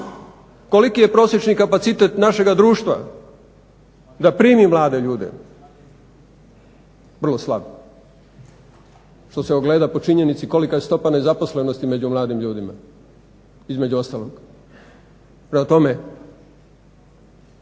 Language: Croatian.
koliki je prosječni kapacitet našega društva da primi mlade ljude? Vrlo slab. … gleda po činjenici kolika je stopa nezaposlenosti među mladim ljudima između ostalog. Prema tome,